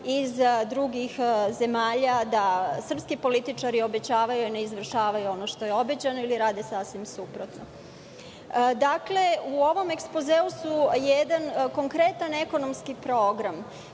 iz drugih zemalja, da srpski političari obećavaju a da ne izvršavaju ono što je obećano ili rade sasvim suprotno.U ovom ekspozeu su jedan konkretan ekonomski program,